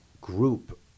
group